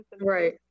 right